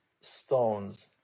stones